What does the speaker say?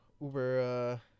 Uber